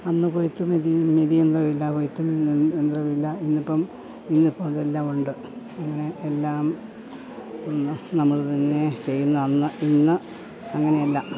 അന്ന് കൊയ്ത്തും മെതിയും മെതിയെന്ത്രമില്ല കൊയ്ത്തും യന്ത്രമില്ല ഇന്നിപ്പം ഇന്നിപ്പോൾ അതെല്ലാമുണ്ട് അങ്ങനെ എല്ലാം നമ്മൾ തന്നെ ചെയ്യുന്നത് അന്ന് ഇന്ന് അങ്ങനെയല്ല